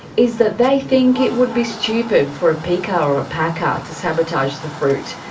is that they think it would be stupid for a picker or a packer to sabotage the fruit,